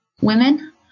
women